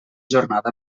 jornada